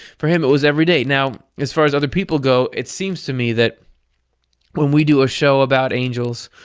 for him it was every day. now as far as other people go, it seems to me that when we do a show about angels,